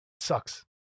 sucks